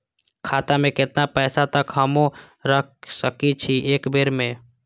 खाता में केतना पैसा तक हमू रख सकी छी एक बेर में?